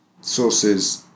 sources